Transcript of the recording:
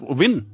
win